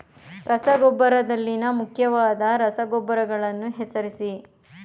ರಸಗೊಬ್ಬರದಲ್ಲಿನ ಮುಖ್ಯವಾದ ರಸಗೊಬ್ಬರಗಳನ್ನು ಹೆಸರಿಸಿ?